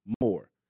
more